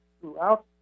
throughout